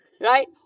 right